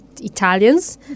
Italians